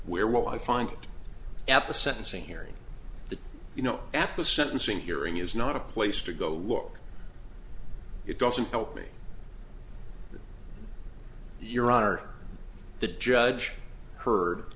will i find it at the sentencing hearing the you know at the sentencing hearing is not a place to go look it doesn't help me your honor the judge heard